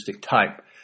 type